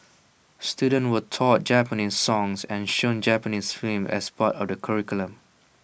students were taught Japanese songs and shown Japanese films as part of the curriculum